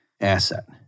asset